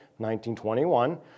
1921